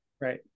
Right